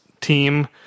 team